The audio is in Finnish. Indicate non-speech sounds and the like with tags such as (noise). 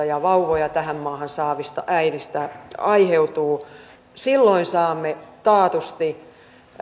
(unintelligible) ja vauvoja tähän maahan saavista äideistä aiheutuvat silloin saamme taatusti